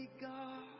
God